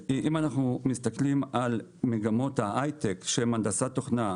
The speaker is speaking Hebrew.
אם אנחנו מסתכלים על מגמות ההייטק שהם הנדסת תוכנה,